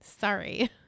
sorry